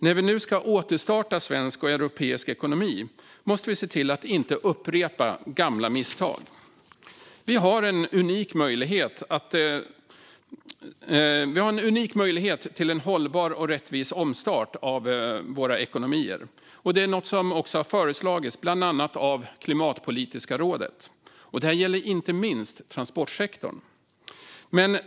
När vi nu ska återstarta svensk och europeisk ekonomi måste vi se till att inte upprepa gamla misstag. Vi har en unik möjlighet till en hållbar och rättvis omstart av våra ekonomier, vilket är något som har föreslagits även av bland annat Klimatpolitiska rådet. Detta gäller inte minst transportsektorn.